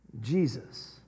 Jesus